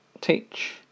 teach